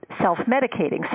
Self-medicating